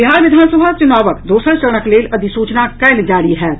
बिहार विधानसभा चुनावक दोसर चरणक लेल अधिसूचना काल्हि जारी होयत